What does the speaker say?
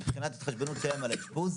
מבחינת ההתחשבנות שלהם על האשפוז.